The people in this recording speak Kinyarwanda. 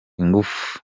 ingufu